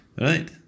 Right